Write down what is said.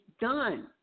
done